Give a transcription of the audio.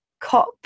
COP